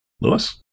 Lewis